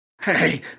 hey